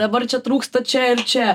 dabar čia trūksta čia ir čia